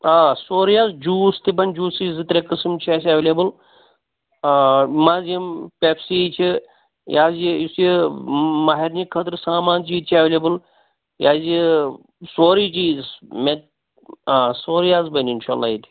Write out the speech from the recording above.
آ سورُے حظ جوٗس تہِ بَنہِ جوٗسٕے زٕ ترٛےٚ قٕسٕم چھِ اسہِ ایٚولیبٕل آ منٛز یِم پٮ۪پسی چھِ یہِ حظ یہِ یُس یہِ مَہارِنہِ خٲطرٕ سامان چھُ یِتہٕ چھُ ایٚولیبٕل یہِ حظ یہِ سورُے چیٖز مےٚ آ سورُے حظ بَنہِ اِنشاء اَللّہ ییٚتہِ